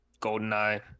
Goldeneye